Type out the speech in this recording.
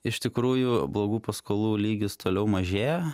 iš tikrųjų blogų paskolų lygis toliau mažėja